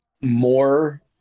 more